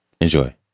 Enjoy